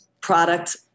product